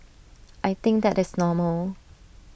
I think that is normal